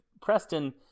Preston